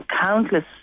countless